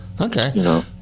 Okay